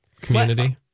Community